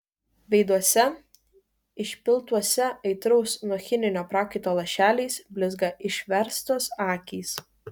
veiduose išpiltuose aitraus nuo chinino prakaito lašeliais blizga išverstos akys